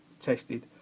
tested